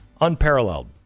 unparalleled